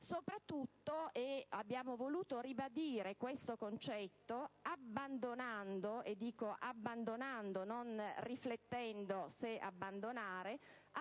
soprattutto - e abbiamo voluto ribadire questo concetto - abbandonando (dico "abbandonando", non "riflettendo se abbandonare")